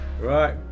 right